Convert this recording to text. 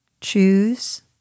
choose